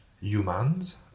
Humans